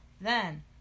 Then